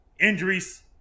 injuries